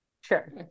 Sure